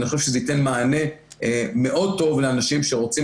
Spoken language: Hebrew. ואני חושב שזה ייתן מענה מאוד טוב לאנשים שרוצים